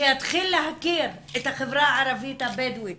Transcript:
שיתחיל להכיר את החברה הערבית-הבדואית